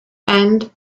and